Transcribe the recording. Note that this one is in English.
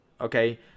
Okay